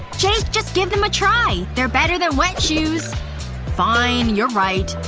jake, just give them a try. they're better than wet shoes fine. you're right.